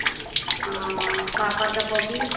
पापड़ कऽ पौकिट